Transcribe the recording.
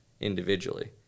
individually